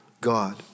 God